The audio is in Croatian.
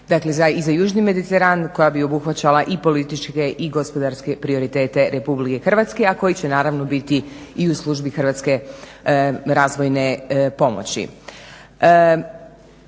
dakle i za južni mediteran koja bi obuhvaćala i političke i gospodarske prioritete RH, a koji će naravno biti i u službi hrvatske razvojne pomoći.